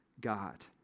God